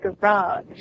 garage